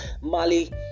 Mali